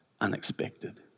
unexpected